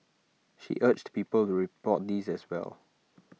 she urged people to report these as well